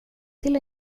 till